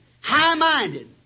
high-minded